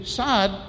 sad